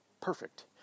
perfect